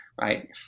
right